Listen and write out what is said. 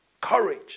courage